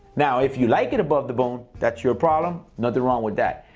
now, if you like it above the bone, that's your problem. nothing wrong with that.